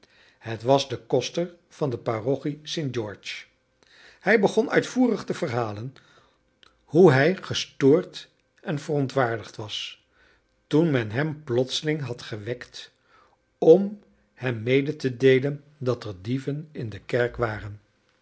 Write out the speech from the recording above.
het was de koster van de parochie sint george hij begon uitvoerig te verhalen hoe hij gestoord en verontwaardigd was toen men hem plotseling had gewekt om hem mede te deelen dat er dieven in de kerk waren